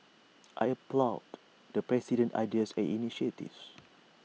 I applaud the president's ideas and initiatives